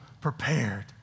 prepared